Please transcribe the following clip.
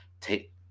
Take